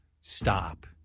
stop